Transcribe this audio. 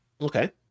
Okay